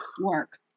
work